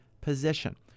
position